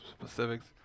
specifics